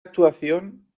actuación